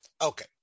Okay